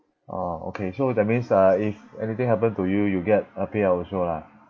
ah okay so that means uh if anything happen to you you get a payout also lah